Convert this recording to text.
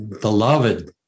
beloved